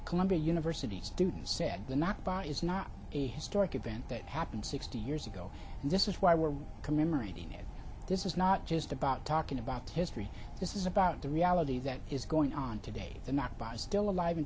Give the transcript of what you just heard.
columbia university students said the not by is not a historic event that happened sixty years ago and this is why we're commemorating it this is not just about talking about history this is about the reality that is going on today not by still alive